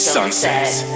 Sunsets